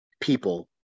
people